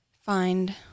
find